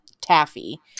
taffy